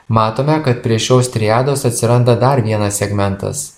matome kad prie šios triados atsiranda dar vienas segmentas